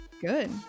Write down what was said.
good